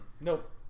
Nope